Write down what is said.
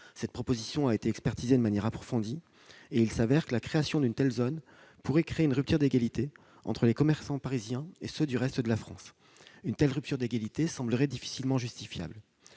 Cette proposition a été expertisée de manière approfondie. Il s'avère que la création d'une telle zone pourrait créer une rupture d'égalité entre les commerçants parisiens et ceux du reste de la France. Une telle rupture d'égalité semble difficilement justifiable.